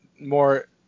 more